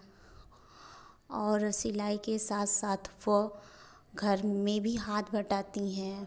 और सिलाई के साथ साथ वह घर में भी हाथ बटाती हैं